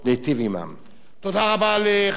תודה רבה לחבר הכנסת נסים זאב.